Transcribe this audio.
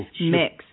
mix